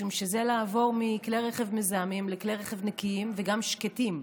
משום שזה לעבור מכלי רכב מזהמים לכלי רכב נקיים וגם שקטים.